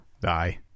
die